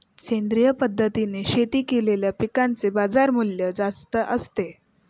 सेंद्रिय पद्धतीने शेती केलेल्या पिकांचे बाजारमूल्य जास्त असते